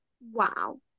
Wow